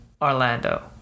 orlando